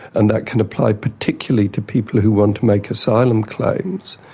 and that can apply particularly to people who want to make asylum claims,